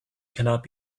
cannot